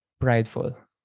prideful